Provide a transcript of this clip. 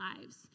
lives